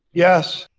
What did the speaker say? yes.